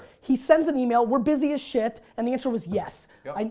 he sends an email, we're busy as shit and the answer was yes. yep.